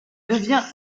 devient